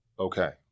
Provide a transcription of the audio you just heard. Okay